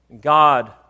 God